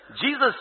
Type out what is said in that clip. Jesus